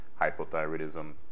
hypothyroidism